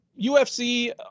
UFC